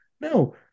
no